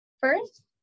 First